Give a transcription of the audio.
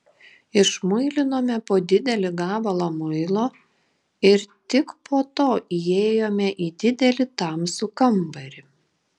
išmuilinome po didelį gabalą muilo ir tik po to įėjome į didelį tamsų kambarį